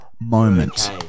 moment